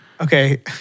Okay